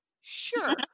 Sure